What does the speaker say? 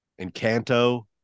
Encanto